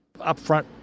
upfront